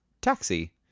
taxi